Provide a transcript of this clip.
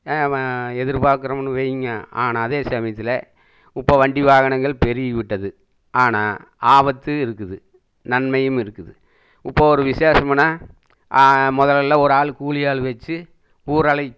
எதிர்பார்க்கிறோம்னு வைங்க ஆனால் அதே சமயத்தில் இப்போ வண்டி வாகனங்கள் பெருகிவிட்டது ஆனால் ஆபத்து இருக்குது நன்மையும் இருக்குது இப்போது ஒரு விசேஷமுனால் முதல்ல ஒரு ஆள் கூலி ஆள் வச்சு ஊர் அழை